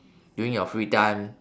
during your free time